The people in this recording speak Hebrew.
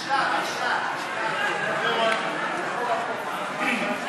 מסדר-היום את הצעת חוק חופש המידע (תיקון,